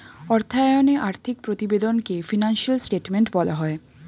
অর্থায়নে আর্থিক প্রতিবেদনকে ফিনান্সিয়াল স্টেটমেন্ট বলা হয়